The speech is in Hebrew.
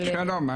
שלום.